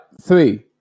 Three